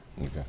Okay